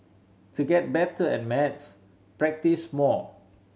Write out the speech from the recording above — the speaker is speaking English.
to get better at maths practise more